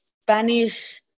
Spanish